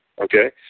Okay